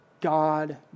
God